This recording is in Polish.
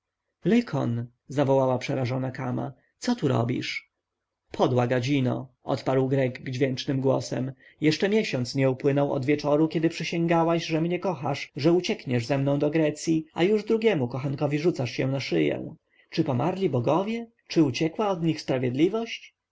zawołała przerażona kama co tu robisz podła gadzino odparł grek dźwięcznym głosem jeszcze miesiąc nie upłynął od wieczora kiedy przysięgłaś że mnie kochasz że uciekniesz ze mną do grecji a już drugiemu kochankowi rzucasz się na szyję czy pomarli bogowie czy uciekła od nich sprawiedliwość